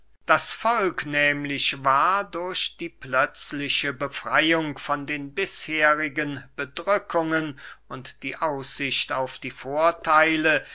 das volk nehmlich war durch die plötzliche befreyung von den bisherigen bedrückungen und die aussicht auf die vortheile